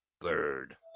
Bird